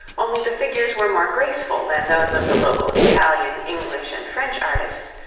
only the figures were more graceful than those of the local italian, english, and french artists,